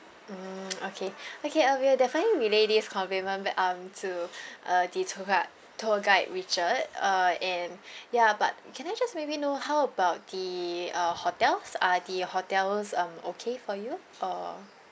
mm okay okay uh we will definitely relay this compliment back um to uh the tour guide tour guide richard uh and ya but can I just maybe know how about the uh hotels are the hotels um okay for you or